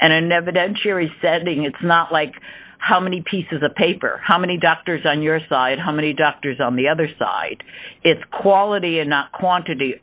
and i never that jerry said a thing it's not like how many pieces of paper how many doctors on your side how many doctors on the other side it's quality and not quantity